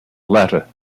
letter